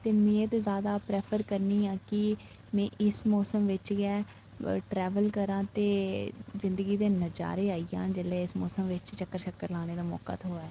ते में ते ज्यादा प्रैफर करनी आं कि में इस मौसम बिच गै ट्रैवल करां ते जिंदगी दे नजारे आई जान जेल्लै इस मौसम बिच चक्कर शक्कर लाने दा मौका थ्होऐ